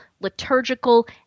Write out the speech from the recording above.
liturgical